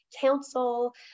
Council